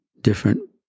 Different